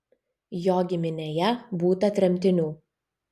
jo giminėje būta tremtinių